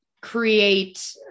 create